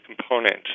components